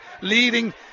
leading